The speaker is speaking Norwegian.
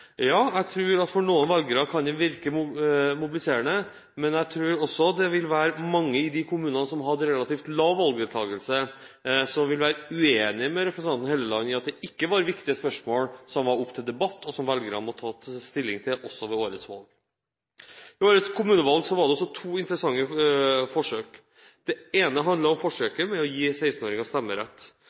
Jeg tror at for noen velgere kan det virke mobiliserende. Men jeg tror også det vil være mange i de kommunene som hadde relativt lav valgdeltakelse, som ville være uenig med representanten Helleland i at det ikke var viktige spørsmål som var oppe til debatt, og som velgerne måtte ta stilling til også ved årets valg. Ved årets kommunevalg var det to interessante forsøk. Det ene handlet om forsøket med å gi 16-åringer stemmerett.